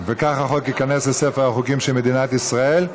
וכך החוק ייכנס לספר החוקים של מדינת ישראל.